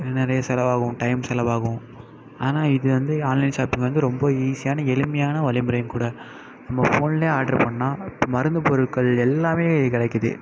இதில் நிறைய செலவாகும் டைம் செலவாகும் ஆனால் இது வந்து ஆன்லைன் ஷாப்பிங் வந்து ரொம்ப ஈஸியான எளிமையான வழிமுறையும் கூட நம்ம ஃபோன்லயே ஆர்டர் பண்ணால் மருந்து பொருட்கள் எல்லாமே கிடைக்குது